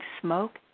smoke